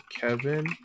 Kevin